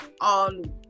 on